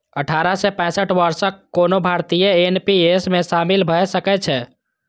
अठारह सं पैंसठ वर्षक कोनो भारतीय एन.पी.एस मे शामिल भए सकै छै